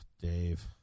Dave